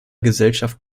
gesellschaft